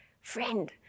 friend